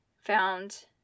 found